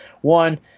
One